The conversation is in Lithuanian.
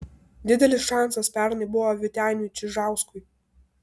didelis šansas pernai buvo vyteniui čižauskui